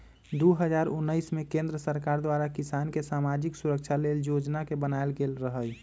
दू हज़ार उनइस में केंद्र सरकार द्वारा किसान के समाजिक सुरक्षा लेल जोजना बनाएल गेल रहई